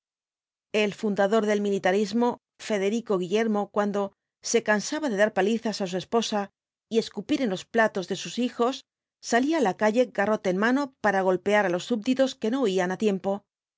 el fundador del militarismo federico guillermo cuando se cansaba de dar palizas á su esposa y escupir en los platos de sus hijos salía á la calle garrote en mano para golpear á los subditos que no huían á tiempo